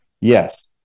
Yes